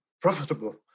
profitable